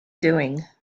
doing